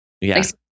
Yes